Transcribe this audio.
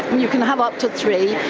you can have up to three,